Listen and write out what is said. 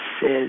says